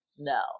No